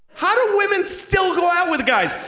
how do women still go out with guys,